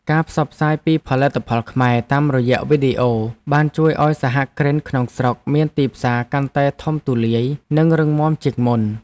ការផ្សព្វផ្សាយពីផលិតផលខ្មែរតាមរយៈវីដេអូបានជួយឱ្យសហគ្រិនក្នុងស្រុកមានទីផ្សារកាន់តែធំទូលាយ និងរឹងមាំជាងមុន។